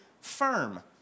firm